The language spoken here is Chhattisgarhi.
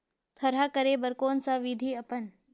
थरहा करे बर कौन सा विधि अपन?